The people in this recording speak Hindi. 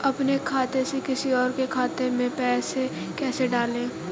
अपने खाते से किसी और के खाते में पैसे कैसे डालें?